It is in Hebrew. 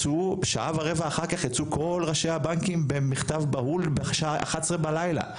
שעה ורבע אחר כך יצאו כל ראשי הבנקים במכתב בהול בשעה 23:00,